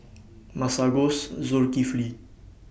Masagos Zulkifli